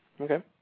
Okay